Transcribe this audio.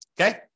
Okay